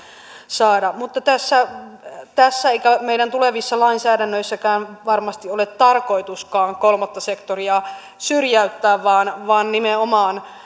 saada mutta tässä ei eikä meidän tulevissa lainsäädännöissämmekään varmasti ole tarkoituskaan kolmatta sektoria syrjäyttää vaan vaan